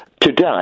...today